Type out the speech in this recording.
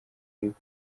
ariko